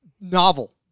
novel